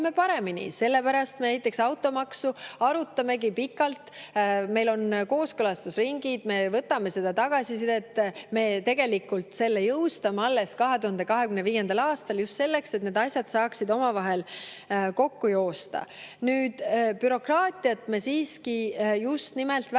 paremini. Sellepärast me näiteks automaksu arutamegi pikalt, meil on kooskõlastusringid, me võtame tagasisidet, me tegelikult jõustame selle alles 2025. aastal just sellepärast, et need asjad saaksid omavahel kokku joosta. Nüüd, bürokraatiat me siiski just nimelt vähendame.